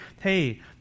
hey